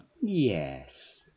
Yes